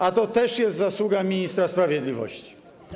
A to też jest zasługa ministra sprawiedliwości.